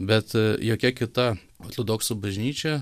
bet jokia kita ortodoksų bažnyčia